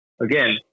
Again